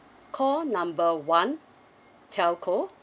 call number one telco